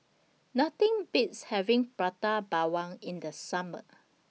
Nothing Beats having Prata Bawang in The Summer